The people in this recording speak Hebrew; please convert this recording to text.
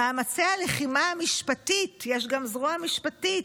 "מאמצי הלחימה המשפטית" יש גם זרוע משפטית,